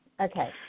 Okay